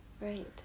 Right